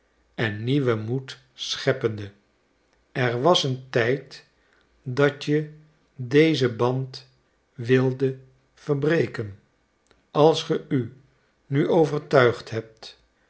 en nieuwen moed scheppende er was een tijd dat je dezen band wildet verbreken als ge u nu overtuigd hebt